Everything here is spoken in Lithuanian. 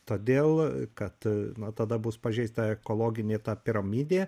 todėl kad na tada bus pažeista ekologinė piramidė